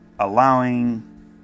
allowing